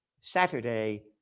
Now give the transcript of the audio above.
Saturday